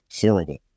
horrible